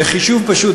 בחישוב פשוט,